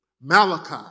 Malachi